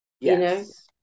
Yes